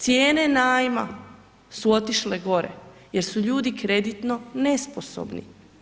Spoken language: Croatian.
Cijene najma su otišle gore jer su ljudi kreditno nesposobni.